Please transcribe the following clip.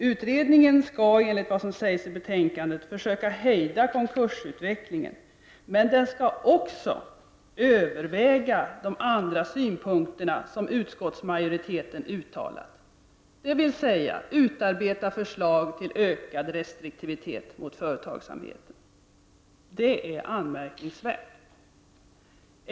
Utredningen skall, enligt vad som sägs i betänkandet, försöka hejda konkursutvecklingen, men den skall också överväga de andra synpunkter som utskottsmajoriteten framfört, dvs. utarbeta förslag till ökad restriktivitet mot företagsamheten. Detta är anmärkningsvärt.